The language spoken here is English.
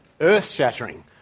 earth-shattering